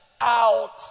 out